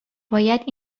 باید